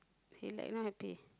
he like not happy